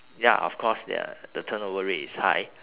ya of course their the turnover rate is high